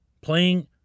playing